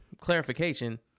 clarification